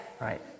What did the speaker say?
right